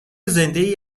زندهای